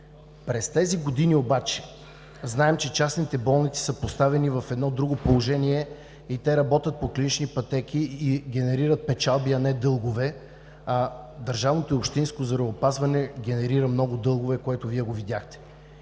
През тези години обаче знаем, че частните болници са поставени в едно друго положение, те работят по клинични пътеки и генерират печалби, а не дългове, а държавното и общинско здравеопазване генерира много дългове, което Вие видяхте.